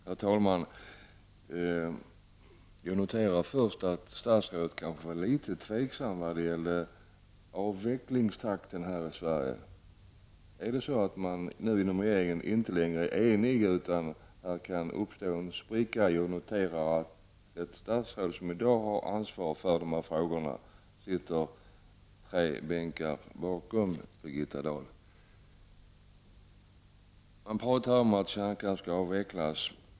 Herr talman! Jag noterar först att statsrådet kanske var litet tveksam när det gällde avvecklingstakten här i Sverige. Är det så att man inte längre är enig inom regeringen, att en spricka kan uppstå? Jag noterar att det statsråd som i dag har ansvar för dessa frågor sitter tre bänkar bakom Birgitta Dahl. Man talar om att kärnkraften skall avvecklas.